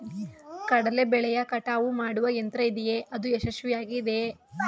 ಕಡಲೆ ಬೆಳೆಯ ಕಟಾವು ಮಾಡುವ ಯಂತ್ರ ಇದೆಯೇ? ಅದು ಯಶಸ್ವಿಯಾಗಿದೆಯೇ?